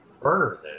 burners